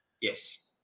yes